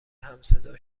همصدا